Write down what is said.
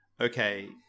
okay